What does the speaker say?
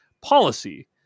policy